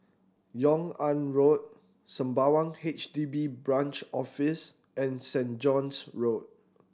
Yung An Road Sembawang H D B Branch Office and Saint John's Road